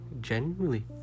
genuinely